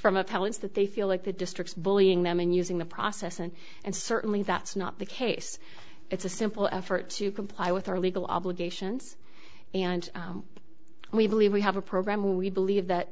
from appellants that they feel like the districts bullying them and using the process and and certainly that's not the case it's a simple effort to comply with our legal obligations and we believe we have a program we believe that